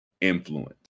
influence